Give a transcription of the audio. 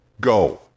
go